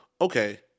okay